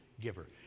giver